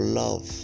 love